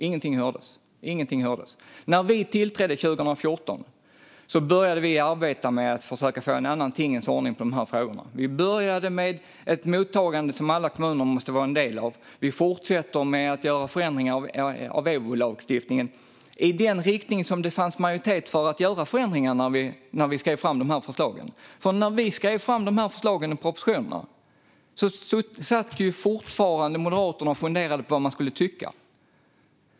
Ingenting hördes. När vi tillträdde 2014 började vi arbeta med att försöka få till en annan tingens ordning i dessa frågor. Vi började med ett mottagande som alla kommuner måste vara del av. Vi fortsätter med att göra förändringar av EBO-lagstiftningen - i den riktning det fanns majoritet för att göra förändringar när vi skrev fram förslagen, för när vi skrev fram förslagen och propositionerna satt ju Moderaterna fortfarande och funderade på vad de skulle tycka.